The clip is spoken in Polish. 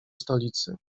stolicy